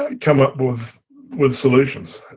come up with with solutions.